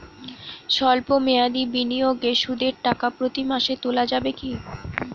সল্প মেয়াদি বিনিয়োগে সুদের টাকা প্রতি মাসে তোলা যাবে কি?